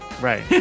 Right